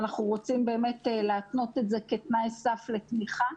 ואנחנו רוצים באמת להתנות את זה כתנאי סף לתמיכה